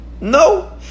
No